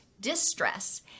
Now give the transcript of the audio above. distress